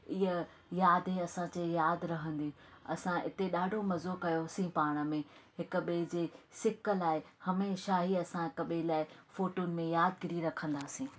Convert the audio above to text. इहे यादि असांखे यादि रहंदी असां हिते ॾाढो मज़ो कयोसीं पाण में हिक ॿिए जे सिकु लाइ हमेशह ई हिक ॿिए लाइ खे फोटुनि में यादिगिरी रखंदासीं